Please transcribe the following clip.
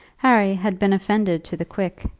harry had been offended to the quick,